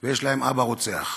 ויש להם אבא רוצח.